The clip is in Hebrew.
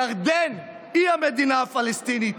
ירדן היא המדינה הפלסטינית.